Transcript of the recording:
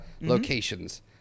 locations